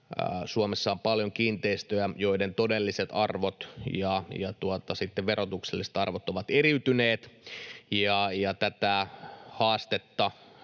Suomessa on paljon kiinteistöjä, joiden todelliset arvot ja sitten verotukselliset arvot ovat eriytyneet, ja tätä haastetta